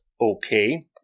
Okay